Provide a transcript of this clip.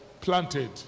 Planted